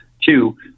Two